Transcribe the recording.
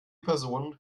person